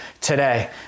today